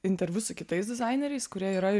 interviu su kitais dizaineriais kurie yra